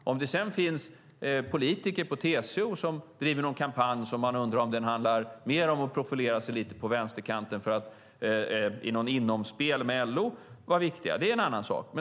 Att det sedan finns politiker på TCO som driver någon kampanj är en annan sak, och man kan undra om det handlar mer om att profilera sig lite på vänsterkanten för att i något internt spel med LO vara viktiga.